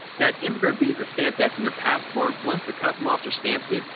that immigrant visa stamp that's in your passport, once the custom officer stamps it,